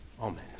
Amen